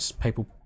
people